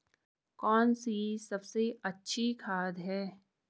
कौन सी सबसे अच्छी खाद है?